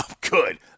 good